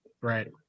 right